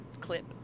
clip